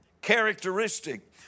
characteristic